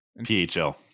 PHL